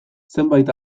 zenbait